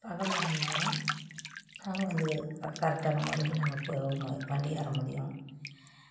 பகலில் வந்தால் தான் நாங்கள் வந்து கரெக்டான முறைக்கு நாங்கள் போக வண்டி ஏறமுடியும்